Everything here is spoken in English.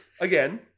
again